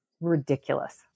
ridiculous